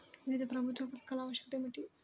వివిధ ప్రభుత్వా పథకాల ఆవశ్యకత ఏమిటి?